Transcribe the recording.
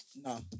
No